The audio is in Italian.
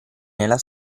nella